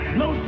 no